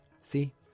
See